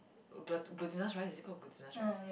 glu~ glutinous rice is it called glutinous rice